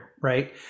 right